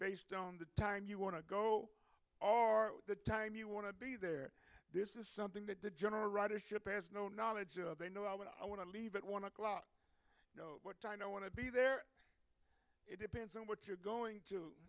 based on the time you want to go all the time you want to be there this is something that the general ridership has no knowledge of they know what i want to leave at one o'clock you know what i know want to be there it depends on what you're going to